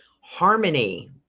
Harmony